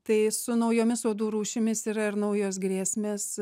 tai su naujomis uodų rūšimis yra ir naujos grėsmės